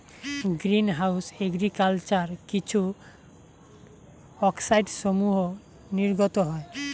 green house agriculture কিছু অক্সাইডসমূহ নির্গত হয়